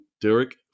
Derek